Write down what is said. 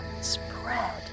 spread